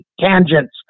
Tangents